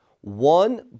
one